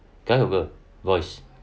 kind of a voice